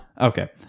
Okay